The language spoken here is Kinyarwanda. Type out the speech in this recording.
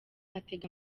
atega